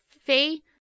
fee